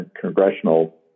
congressional